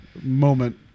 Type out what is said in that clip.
moment